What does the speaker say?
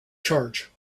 charge